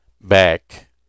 back